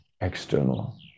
external